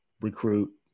recruit